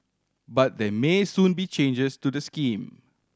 but there may soon be changes to the scheme